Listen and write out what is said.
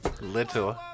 little